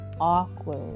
awkward